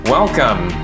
Welcome